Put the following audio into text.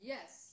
Yes